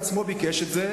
הוא עצמו ביקש את זה,